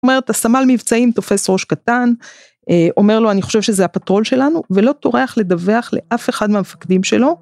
אומר את הסמל מבצעים תופס ראש קטן אומר לו אני חושב שזה הפטרול שלנו ולא טורח לדווח לאף אחד מהמפקדים שלו.